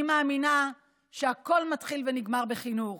אני מאמינה שהכול מתחיל ונגמר בחינוך.